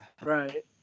Right